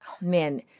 man